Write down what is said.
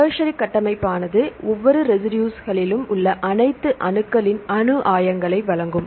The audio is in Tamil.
டெர்சரி கட்டமைப்பானது ஒவ்வொரு ரெசிடுஸ்ஸிலும் உள்ள அனைத்து அணுக்களின் அணு ஆயங்களை வழங்கும்